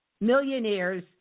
millionaires